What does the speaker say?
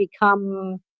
become